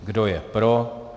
Kdo je pro?